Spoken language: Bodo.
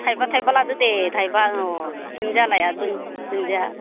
थाइबा थाइबा लादो दे थाइबा अ दुन्दियालाय आर दुन दुन्दिया